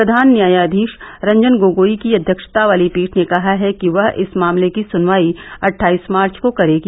प्रधान न्यायाधीश रंजन गोगोई की अध्यक्षता वाली पीठ ने कहा है कि वह इस मामले की सुनवाई अट्ठाईस मार्च को करेगी